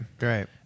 right